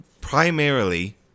primarily